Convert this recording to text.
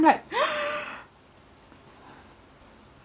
like